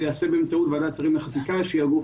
זה ייעשה באמצעות ועדת שרים לחקיקה שהיא הגוף